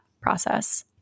process